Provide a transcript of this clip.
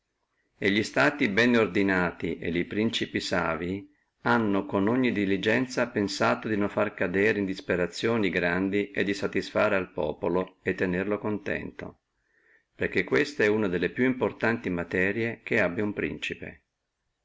e li stati bene ordinati e li principi savi hanno con ogni diligenzia pensato di non desperare e grandi e di satisfare al populo e tenerlo contento perché questa è una delle più importanti materie che abbia uno principe